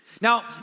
Now